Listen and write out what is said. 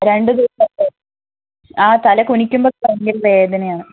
രണ്ട് ആ തലകുനിക്കുമ്പോൾ ഭയങ്കര വേദനയാണ്